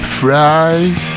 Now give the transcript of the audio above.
fries